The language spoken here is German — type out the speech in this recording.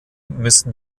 müssen